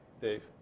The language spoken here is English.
Dave